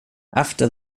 after